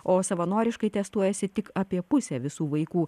o savanoriškai testuojasi tik apie pusė visų vaikų